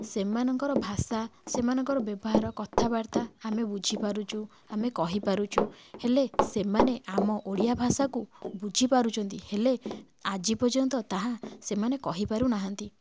ସେମାନଙ୍କର ଭାଷା ସେମାନଙ୍କର ବ୍ୟବହାର କଥାବାର୍ତ୍ତା ଆମେ ବୁଝିପାରୁଛୁ ଆମେ କହିପାରୁଛୁ ହେଲେ ସେମାନେ ଆମ ଓଡ଼ିଆ ଭାଷାକୁ ବୁଝିପାରୁଛନ୍ତି ହେଲେ ଆଜି ପର୍ଯ୍ୟନ୍ତ ତାହା ସେମାନେ କହିପାରୁନାହାନ୍ତି